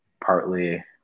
partly